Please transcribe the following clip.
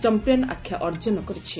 champion ଆଖ୍ୟା ଅର୍ଜନ କରିଛି